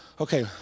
okay